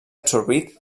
absorbit